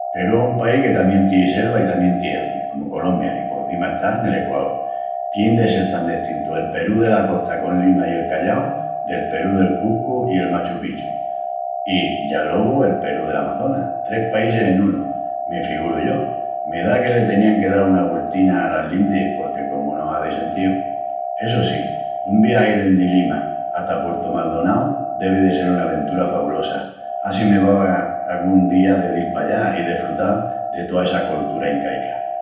Perú es un país que tamién tien selva i tamién tien Andis, comu Colombia i porcima está nel equaol. Tien de sel tan destintu el Perú dela costa, con Lima i El Callau, del Perú de Cuscu i el Machu Picchu. I ya alogu el Perú del Amazonas. Tres paísis en unu, me figuru yo. Me da que le tenían que dal una güeltina alas lindis porque comu no hazi sentíu... Essu sí, un viagi dendi Lima hata Puertu Maldonau devi de sel una aventura fabulosa. Á si me vaga angún día de dil pallá i desfrutal de toa essa coltura incaica.